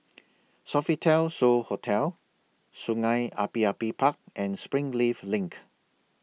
Sofitel So Hotel Sungei Api Api Park and Springleaf LINK